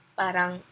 parang